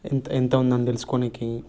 ఎంత ఉందని తెలుసుకొనికి